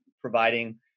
providing